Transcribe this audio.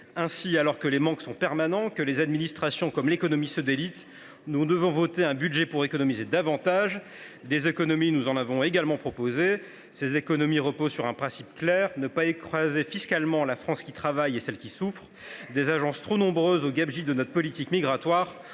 Ainsi, alors que les manques sont permanents et que les administrations comme l’économie se délitent, nous devons voter un budget pour économiser davantage. Nous avons proposé des économies. Elles reposent sur un principe clair : ne pas davantage écraser fiscalement la France qui travaille et celle qui souffre. Des agences trop nombreuses aux gabegies de notre politique migratoire,